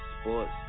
Sports